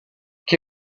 che